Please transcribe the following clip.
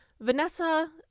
Vanessa